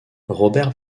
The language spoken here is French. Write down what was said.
robert